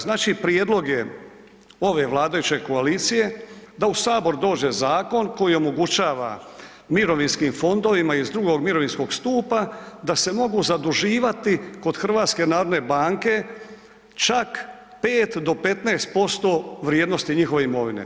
Znači prijedlog je ove vladajuće koalicije da u Sabor dođe zakon koji omogućava mirovinskim fondovima iz II mirovinskog stupa da se mogu zaduživati kod HNB-a čak 5 do 15% vrijednosti njihove imovine.